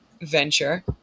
venture